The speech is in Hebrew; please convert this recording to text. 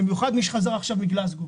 במיוחד ממי שחזר עכשיו מגלזגו.